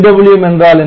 PWM என்றால் என்ன